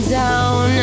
down